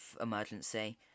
emergency